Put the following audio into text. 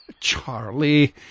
Charlie